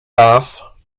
love